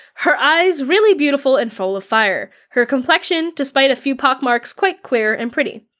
her eyes really beautiful and full of fire. her complexion, despite a few pox marks, quite clear and pretty.